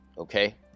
Okay